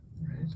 right